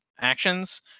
actions